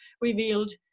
revealed